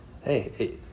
hey